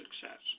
success